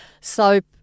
Soap